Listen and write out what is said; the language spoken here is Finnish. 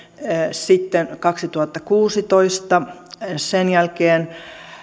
sitten kaksituhattakuusitoista sen jälkeen